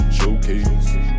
showcase